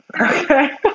Okay